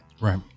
Right